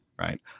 right